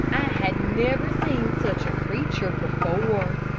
i had never seen such a creature before.